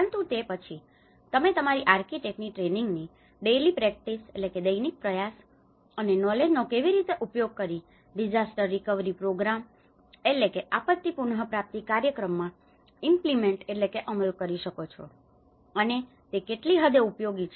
પરંતુ તે પછી તમે તમારી આર્કિટેક્ટની ટ્રેનિંગની ડેઈલિ પ્રેક્ટિસ daily practice દૈનિક પ્રયાસ અને નૉલેજનો કેવી રીતે ઉપયોગ કરીને ડીસાસ્ટર રિકવરી પ્રોગ્રામમાં disaster recovery program આપત્તિ પુનપ્રાપ્તિ કાર્યક્રમ ઇમ્પલિમેન્ટ implement અમલ કરી શકો છો અને તે કેટલી હદે ઉપયોગી છે